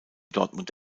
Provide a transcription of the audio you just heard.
dortmund